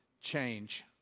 change